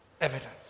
evidence